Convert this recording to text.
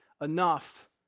enough